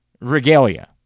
Regalia